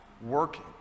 working